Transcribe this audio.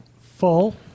full